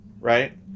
right